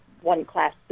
one-class